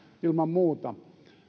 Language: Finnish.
ilman muuta